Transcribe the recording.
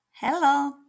Hello